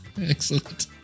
Excellent